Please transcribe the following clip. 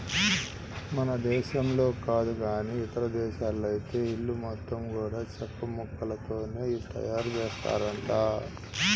మన దేశంలో కాదు గానీ ఇదేశాల్లో ఐతే ఇల్లు మొత్తం గూడా చెక్కముక్కలతోనే తయారుజేత్తారంట